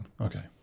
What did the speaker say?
Okay